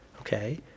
Okay